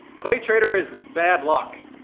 claytrader is bad luck.